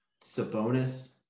Sabonis